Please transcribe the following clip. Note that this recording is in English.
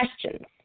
questions